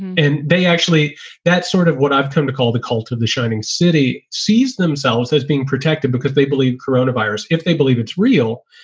and they actually that's sort of what i've come to call the cult of the shining city, sees themselves as being protected because they believe corona virus if they believe it's real.